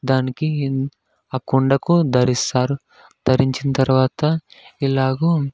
దానికి ఆ కుండకు ధరిస్తారు ధరించిన తర్వాత ఎలాగు